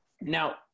Now